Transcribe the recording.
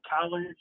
college